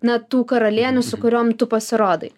na tų karalienių su kuriom tu pasirodai